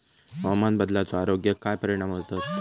हवामान बदलाचो आरोग्याक काय परिणाम होतत?